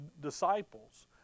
disciples